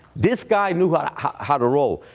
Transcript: this guy knew how how to roll.